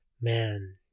man